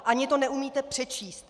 Ani to neumíte přečíst.